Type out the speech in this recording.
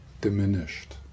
diminished